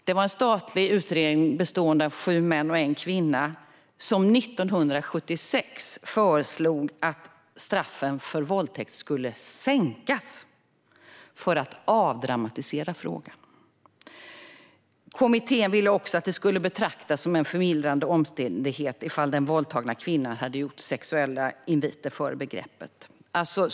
Det var en statlig utredning bestående av sju män och en kvinna som 1976 föreslog att straffen för våldtäkt skulle sänkas för att avdramatisera frågan. Kommittén ville också att det skulle betraktas som en förmildrande omständighet om den våldtagna kvinnan hade gjort sexuella inviter före övergreppet.